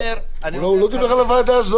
הוא לא דיבר על הוועדה הזו.